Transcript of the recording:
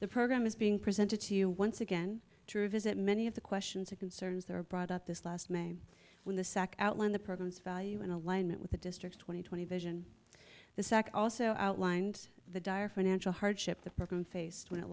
the program is being presented to you once again true visit many of the questions or concerns that were brought up this last may when the sec outlined the program's value in alignment with the district twenty twenty vision the sec also outlined the dire financial hardship the program faced when it